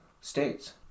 states